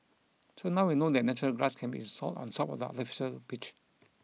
so now we know that natural grass can be installed on top of the artificial pitch